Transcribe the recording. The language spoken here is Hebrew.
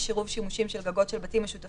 עירוב שימושים של גגות של בתים משותפים,